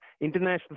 international